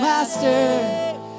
Master